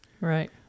right